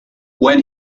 when